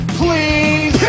please